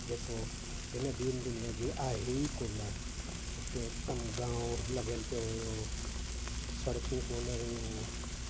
जेको हिन दीन दुनिया जी आहे ई कोन हिते हिकदमि गांव लॻियल पियो हुयो सड़िकूं कोन हुयूं